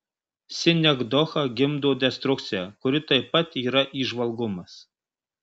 sinekdocha gimdo destrukciją kuri taip pat yra įžvalgumas